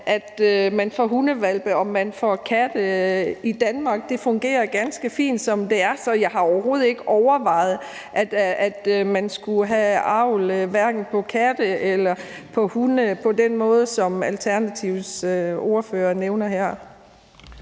at man avler hundehvalpe og katte på i Danmark, fungerer ganske fint, som det er, så jeg har overhovedet ikke overvejet, at man skulle have avl på katte eller hunde på den måde, som Alternativets ordfører nævner her.